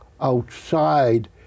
outside